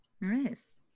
Nice